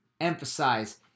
emphasize